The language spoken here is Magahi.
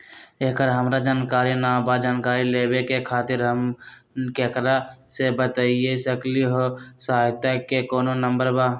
एकर हमरा जानकारी न बा जानकारी लेवे के खातिर हम केकरा से बातिया सकली ह सहायता के कोनो नंबर बा?